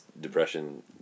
depression